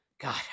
God